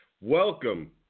Welcome